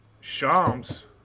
Shams